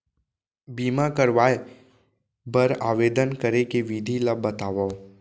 बीमा करवाय बर आवेदन करे के विधि ल बतावव?